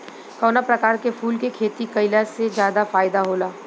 कवना प्रकार के फूल के खेती कइला से ज्यादा फायदा होला?